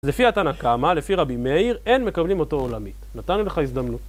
לפי ה"תנא קמא", לפי רבי מאיר, אין מקבלים אותו עולמית. נתנו לך הזדמנות.